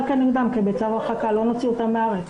כנגדן בצו הרחקה ולא נוציא אותן מהארץ.